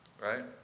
Right